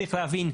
וצריך להבין: